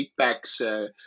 feedbacks